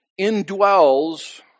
indwells